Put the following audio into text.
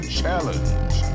challenge